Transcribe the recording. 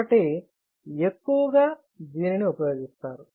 కాబట్టి ఎక్కువగా దీనినినోడల్ అనాలసిస్ ఉపయోగిస్తారు